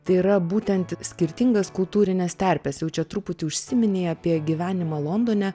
tai yra būtent skirtingas kultūrines terpes jau čia truputį užsiminei apie gyvenimą londone